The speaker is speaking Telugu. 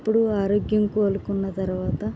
అప్పుడు ఆరోగ్యం కోలుకున్న తర్వాత